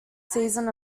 season